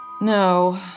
No